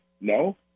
No